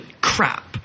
crap